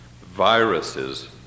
Viruses